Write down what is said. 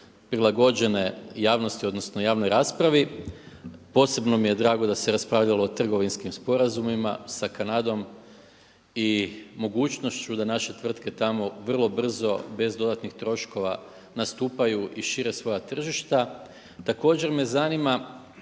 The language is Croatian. prilagođene javnosti odnosno javnoj raspravi. Posebno mi je drago da se raspravljalo o trgovinskim sporazumima sa Kanadom i mogućnošću da naše tvrtke tamo vrlo brzo bez dodatnih troškova nastupaju i šire svoja tržišta. Također me zanima